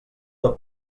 del